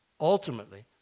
Ultimately